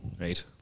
Right